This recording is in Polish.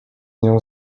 nią